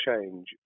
change